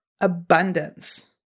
abundance